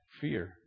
fear